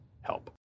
help